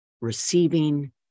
receiving